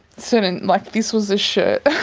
certain, like this was a shirt